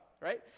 right